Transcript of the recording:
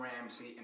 Ramsey